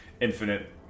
infinite